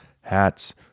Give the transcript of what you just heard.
hats